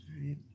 right